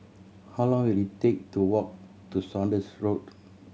how long will it take to walk to Saunders Road